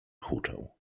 huczał